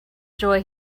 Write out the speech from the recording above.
joy